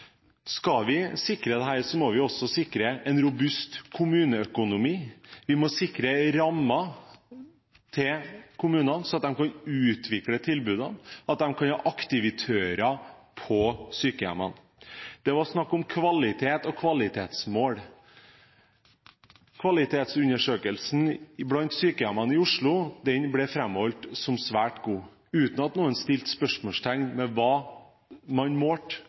Skal vi sikre dette, må vi også sikre en robust kommuneøkonomi. Vi må sikre rammer til kommunene, slik at de kan utvikle tilbudene, og at de kan ha aktivitører på sykehjemmene. Det var snakk om kvalitet og kvalitetsmål. Kvalitetsundersøkelsen blant sykehjemmene i Oslo ble framholdt som svært god, uten at noen satte spørsmålstegn ved hva man målte,